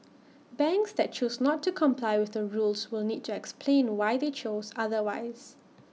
banks that choose not to comply with the rules will need to explain why they chose otherwise